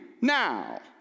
now